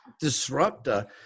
disruptor